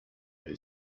who